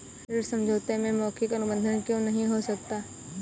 ऋण समझौते में मौखिक अनुबंध क्यों नहीं हो सकता?